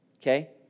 okay